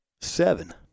Seven